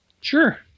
sure